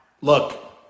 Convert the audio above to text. look